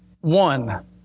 one